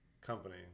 company